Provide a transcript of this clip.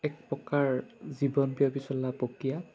এক প্ৰকাৰ জীৱন প্ৰিয় বিচলা প্ৰক্ৰিয়া